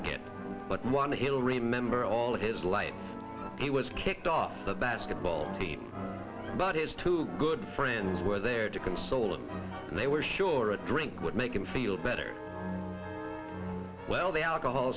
t but one he'll remember all his life he was kicked off the basketball team but his two good friends were there to console him and they were sure a drink would make him feel better well the alcohol